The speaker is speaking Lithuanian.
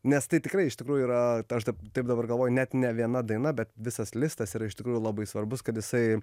nes tai tikrai iš tikrųjų yra aš taip taip dabar galvoju net ne viena daina bet visas listas yra iš tikrųjų labai svarbus kad jisai